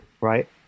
right